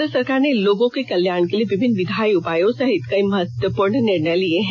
केंद्र सरकार ने लोगों के कल्याण के लिए विभिन्न विधायी उपायों सहित कई महत्वपूर्ण निर्णय लिए हैं